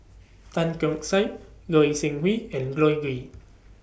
Tan Keong Saik Goi Seng Hui and Goei